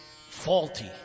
faulty